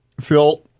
Phil